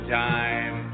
time